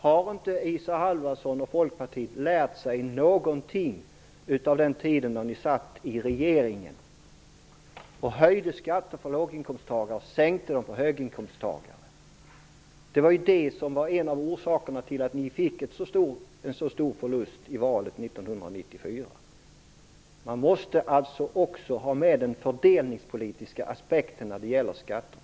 Har inte Isa Halvarsson och Folkpartiet lärt sig någonting av den tid då ni satt i regeringsställning och höjde skatter för låginkomsttagare och sänkte dem för höginkomsttagare? Det var ju detta som var en av orsakerna till att ni fick en så stor förlust i valet 1994. Man måste alltså ha med den fördelningspolitiska aspekten när det gäller skatterna.